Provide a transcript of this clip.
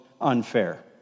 unfair